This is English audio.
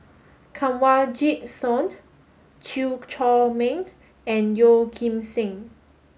Kanwaljit Soin Chew Chor Meng and Yeoh Ghim Seng